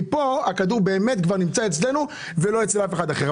מפה הכדור באמת כבר נמצא אצלנו ולא אצל אף אחד אחר,